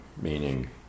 meaning